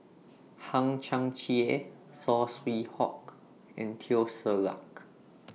Hang Chang Chieh Saw Swee Hock and Teo Ser Luck